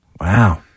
Wow